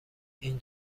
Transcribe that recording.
این